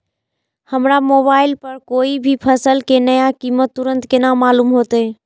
हमरा मोबाइल पर कोई भी फसल के नया कीमत तुरंत केना मालूम होते?